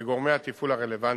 וגורמי התפעול הרלוונטיים,